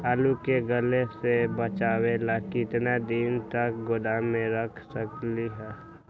आलू के गले से बचाबे ला कितना दिन तक गोदाम में रख सकली ह?